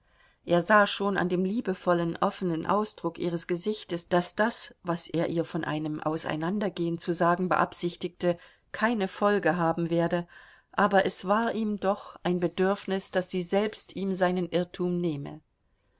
er sah schon an dem liebevollen offenen ausdruck ihres gesichtes daß das was er ihr von einem auseinandergehen zu sagen beabsichtigte keine folge haben werde aber es war ihm doch ein bedürfnis daß sie selbst ihm seinen irrtum nehme